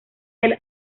del